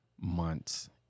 months